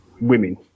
women